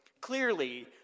clearly